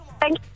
Thank